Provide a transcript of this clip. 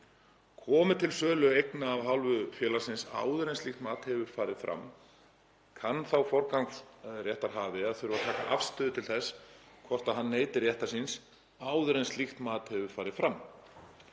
Komi til sölu eigna af hálfu félagsins áður en slíkt mat hefur farið fram kann forgangsréttarhafi að þurfa að taka afstöðu til þess hvort hann neyti réttar síns áður en slíkt mat hefur farið fram.